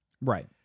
Right